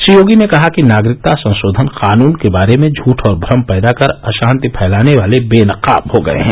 श्री योगी ने कहा कि नागरिकता संशोधन कानून के बारे में झूठ और भ्रम पैदा कर अशांति फैलाने वाले बेनकाब हो गए हैं